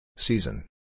Season